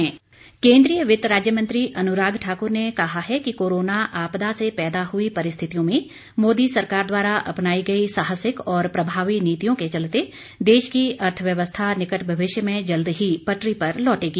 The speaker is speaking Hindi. अनुराग ठाकुर केन्द्रीय वित्त राज्य मंत्री अनुराग ठाकुर ने कहा है कि कोरोना आपदा से पैदा हुई परिस्थितियों में मोदी सरकार द्वारा अपनाई गई साहसिक और प्रभावी नीतियों के चलते देश की अर्थव्यवस्था निकट भविष्य में जल्दी ही पटरी पर लौटेगी